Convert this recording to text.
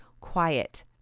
quiet